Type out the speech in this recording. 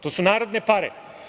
To su narodne pare.